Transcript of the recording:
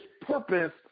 purpose